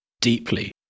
deeply